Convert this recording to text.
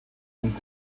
und